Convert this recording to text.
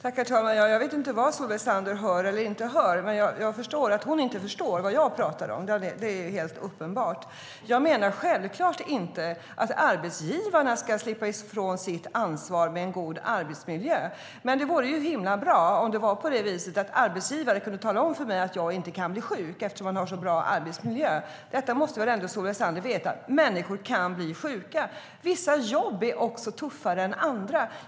Herr talman! Jag vet inte vad Solveig Zander hör eller inte hör, men jag förstår att hon inte förstår vad jag pratar om. Det är helt uppenbart. Solveig Zander måste väl ändå veta att människor kan bli sjuka. Vissa jobb är också tuffare än andra.